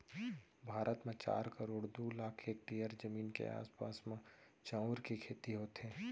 भारत म चार करोड़ दू लाख हेक्टेयर जमीन के आसपास म चाँउर के खेती होथे